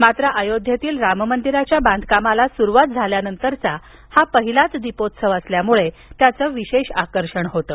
मात्र अयोध्येतील राम मंदिराच्या बांधकामाला सुरुवात झाल्यानंतरचा हा पहिलाच दीपोत्सव असल्यामुळे त्याचं विशेष आकर्षण होतं